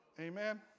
Amen